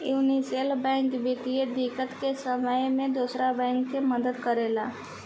universal bank वित्तीय दिक्कत के समय में दोसर बैंक के मदद करेला